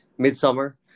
midsummer